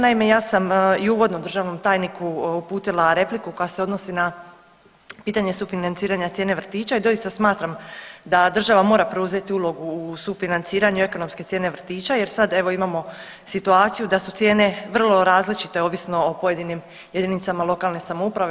Naime, ja sam i uvodno državnom tajniku uputila repliku koja se odnosi na pitanje sufinanciranja cijene vrtića i doista smatram da država mora preuzeti ulogu u sufinanciranju ekonomske cijene vrtića jer sad evo imamo situaciju da su cijene vrlo različite ovisno o pojedinim jedinicama lokalne samouprave.